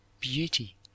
beauty